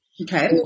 Okay